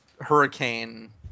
Hurricane